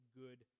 good